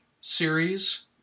series